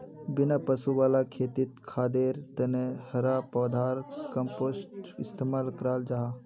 बिना पशु वाला खेतित खादर तने हरा पौधार कम्पोस्ट इस्तेमाल कराल जाहा